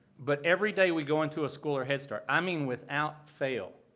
but every day we go into a school or head start, i mean without fail,